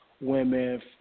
Women